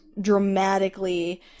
dramatically